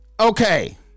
Okay